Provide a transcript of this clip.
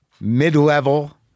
mid-level